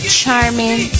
charming